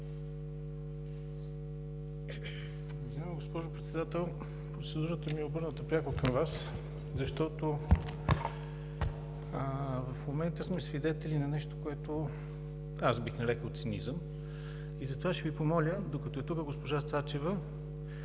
Уважаема госпожо Председател, процедурата ми е обърната пряко към Вас, защото в момента сме свидетели на нещо, което аз бих нарекъл цинизъм. И затова ще Ви помоля, докато е тук госпожа Сачева,